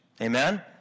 Amen